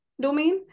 domain